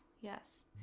yes